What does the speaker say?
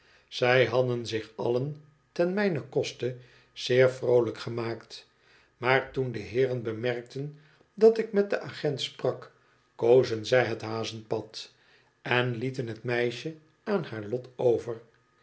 zij hadden zich allen ten mijnen koste zeer vrooüjk gemaakt maar toen de heeren bemerkten dat ik met den agent sprak kozen zij het hazenpad en lieten het meisje aan haar lot over